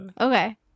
Okay